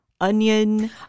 Onion